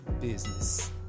business